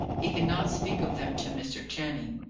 he could not speak of them to mr. channing.